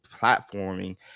platforming